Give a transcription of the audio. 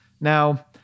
Now